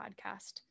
Podcast